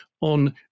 on